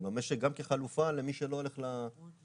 גם כחלופה למי שלא הולך לאקדמיה.